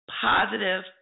positive